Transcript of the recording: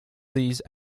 those